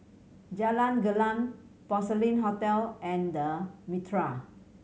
Jalan Gelam Porcelain Hotel and Mitraa